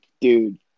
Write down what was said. dude